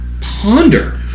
ponder